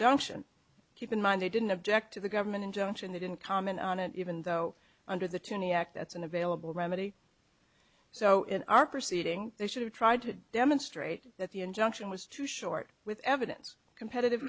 injunction keep in mind they didn't object to the government injunction they didn't comment on it even though under the toonie act that's an available remedy so in our proceeding they should have tried to demonstrate that the injunction was too short with evidence competitive